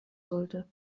sollte